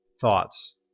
Thoughts